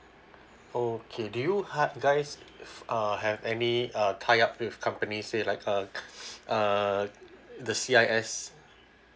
okay do you have guys uh have any uh tie up with company say like uh uh the C_I_S